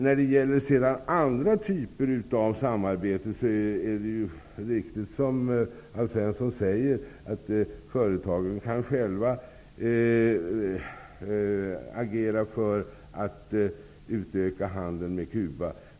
När det gäller andra typer av samarbete är det riktigt som Alf Svensson säger, att företagen själva kan agera för att utöka handeln med Cuba.